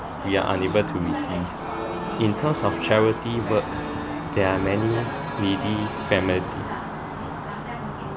you are unable to receive in terms of charity work there are many